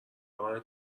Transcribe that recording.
راهن